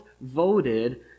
voted